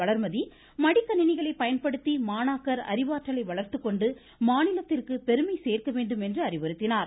வளர்மதி மடிகணிணிகளை பயன்படுத்தி மாணாக்கர் அறிவாற்றலை வளர்த்துக்கொண்டு மாநிலத்திற்கு பெருமை சேர்க்க வேண்டும் என்று அறிவுறுத்தினார்